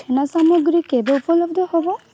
ଛେନା ସାମଗ୍ରୀ କେବେ ଉପଲବ୍ଧ ହେବ